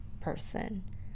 person